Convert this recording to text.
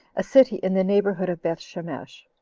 a city in the neighborhood of bethshemesh.